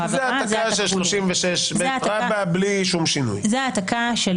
אדם הורשע,